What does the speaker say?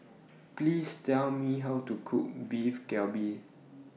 Please Tell Me How to Cook Beef Galbi